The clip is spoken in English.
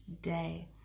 day